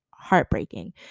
heartbreaking